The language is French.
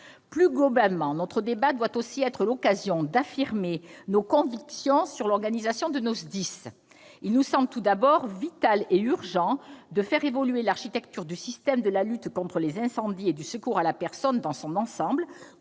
Plus globalement, notre débat doit aussi être l'occasion d'affirmer nos convictions sur l'organisation de nos SDIS. Il nous semble tout d'abord vital et urgent de faire évoluer l'architecture du système de lutte contre les incendies et du secours à la personne dans son ensemble,